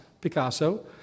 Picasso